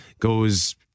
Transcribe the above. goes